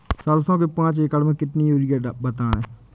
सरसो के पाँच एकड़ में कितनी यूरिया डालें बताएं?